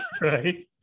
Right